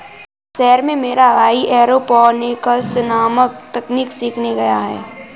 शहर में मेरा भाई एरोपोनिक्स नामक तकनीक सीखने गया है